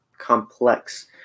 complex